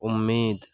امید